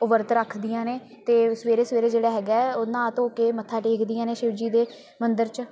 ਉਹ ਵਰਤ ਰੱਖਦੀਆਂ ਨੇ ਅਤੇ ਸਵੇਰੇ ਸਵੇਰੇ ਜਿਹੜਾ ਹੈਗਾ ਉਹ ਨਹਾ ਧੋ ਕੇ ਮੱਥਾ ਟੇਕਦੀਆਂ ਨੇ ਸ਼ਿਵਜੀ ਦੇ ਮੰਦਰ 'ਚ